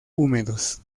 húmedos